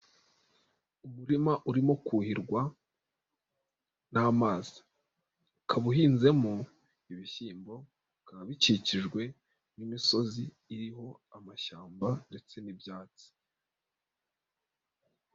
Umurima urimo kuhirwa n'amazi, uka uhinzemo ibishyimbo, bikaba bikikijwe n'imisozi iriho amashyamba ndetse n'ibyatsi.